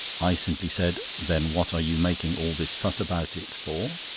i simply said then what are you making all this fuss about it for?